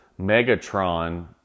Megatron